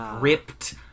ripped